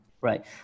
right